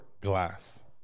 glass